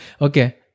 okay